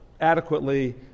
adequately